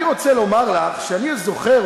אני רוצה לומר לך שאני זוכר,